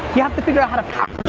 you have to figure out how to package